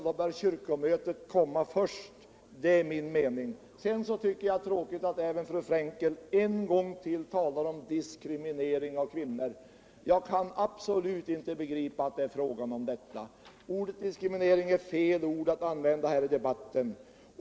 Då bör kyrkomötets uppfattning komma i främsta rummet — det är min mening. Sedan tycker jag det är tråkigt att även fru Freenkel en gång till talar om diskriminering av kvinnor. Jag kan absolut inte begripa att det är fråga om det. Ordet diskriminering är fel ord att använda i den här debatten.